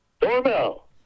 Doorbell